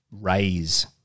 raise